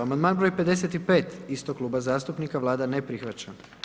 Amandman broj 55 istog kluba zastupnika, Vlada ne prihvaća.